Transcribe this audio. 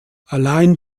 allein